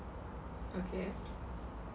okay